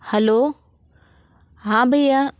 hello हाँ भैया